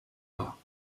war